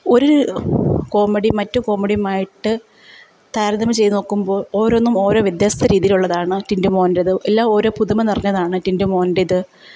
ഒരു കോമഡി മറ്റു കോമഡിയുമായിട്ട് താരതമ്യം ചെയ്തു നോക്കുമ്പോൾ ഓരോന്നും ഓരോ വ്യത്യസ്ത രീതിയിലുള്ളതാണ് ടിൻറ്റു മോൻറ്റേത് എല്ലാം ഓരോ പുതുമ നിറഞ്ഞതാണ് ടിൻറ്റു മോൻറ്റേത്